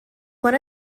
one